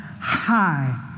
high